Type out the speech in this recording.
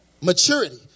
maturity